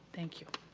thank you.